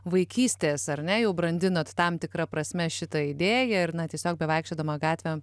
vaikystės ar ne jau brandinat tam tikra prasme šitą idėją ir na tiesiog bevaikščiodama gatvėm